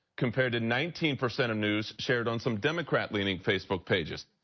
compared to nineteen percent of news shared on some democrat-leaning facebook pages.